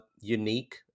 unique